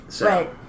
Right